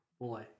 Boy